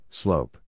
slope